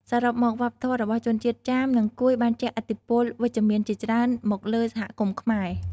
សរុបមក វប្បធម៌របស់ជនជាតិចាម និងកួយបានជះឥទ្ធិពលវិជ្ជមានជាច្រើនមកលើសហគមន៍ខ្មែរ។